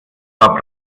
war